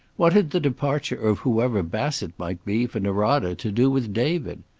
what had the departure of whoever bassett might be for norada to do with david?